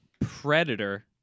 Predator